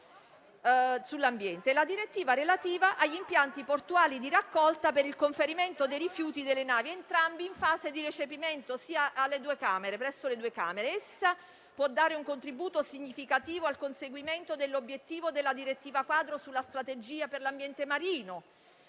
la direttiva relativa agli impianti portuali di raccolta per il conferimento dei rifiuti delle navi, entrambe in fase di recepimento presso le due Camere. Essa può dare un contributo significativo al conseguimento dell'obiettivo della direttiva quadro sulla strategia per l'ambiente marino